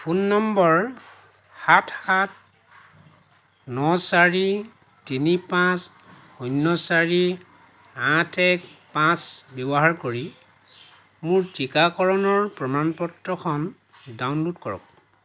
phone নম্বৰ সাত সাত ন চাৰি তিনি পাঁচ শূন্য চাৰি আঠ এক পাঁচ ব্যৱহাৰ কৰি মোৰ টীকাকৰণৰ প্ৰমাণ পত্ৰখন ডাউনল'ড কৰক